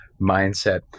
mindset